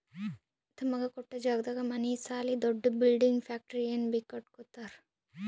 ತಮಗ ಕೊಟ್ಟ್ ಜಾಗದಾಗ್ ಮನಿ ಸಾಲಿ ದೊಡ್ದು ಬಿಲ್ಡಿಂಗ್ ಫ್ಯಾಕ್ಟರಿ ಏನ್ ಬೀ ಕಟ್ಟಕೊತ್ತರ್